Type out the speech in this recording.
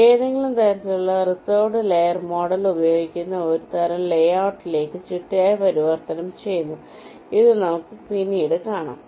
ഏതെങ്കിലും തരത്തിലുള്ള reserved layer model ഉപയോഗിക്കുന്ന ഒരു തരം ലേഔട്ടിലേക്ക് ചിട്ടയായ പരിവർത്തനം ചെയ്യുന്നു അത് നമുക്ക് പിന്നീട് കാണാം